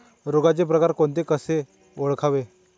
रोगाचे प्रकार कोणते? ते कसे ओळखावे?